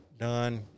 done